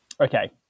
Okay